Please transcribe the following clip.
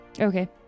Okay